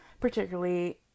particularly